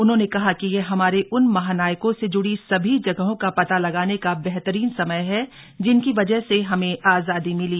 उन्होंने कहा कि यह हमारे उन महानायकों से जुडी सभी जगहों का पता लगाने का बेहतरीन समय है जिनकी वजह से हमें आजादी मिली